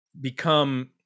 become